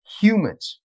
humans